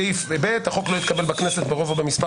סעיף (ב) החוק לא התקבל בכנסת ברוב או במספר